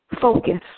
Focus